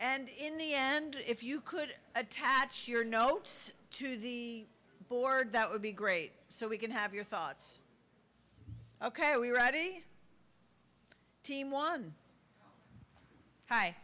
and in the end if you could attach your notes to the board that would be great so we can have your thoughts ok we're ready team won